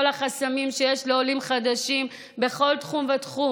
החסמים שיש לעולים חדשים בכל תחום ותחום,